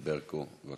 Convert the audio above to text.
ברקו,